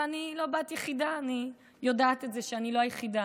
ואני לא בת יחידה, אני יודעת שאני לא היחידה,